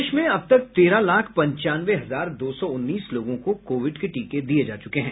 प्रदेश में अब तक तेरह लाख पंचानवे हजार दो सौ उन्नीस लोगों को कोविड के टीके दिये जा चुके हैं